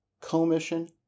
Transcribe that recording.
commission